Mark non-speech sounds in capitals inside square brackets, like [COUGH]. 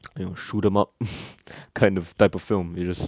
you know shoot them up [NOISE] kind of type of film you just